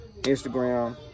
Instagram